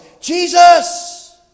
Jesus